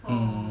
mm